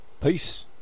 Peace